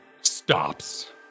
stops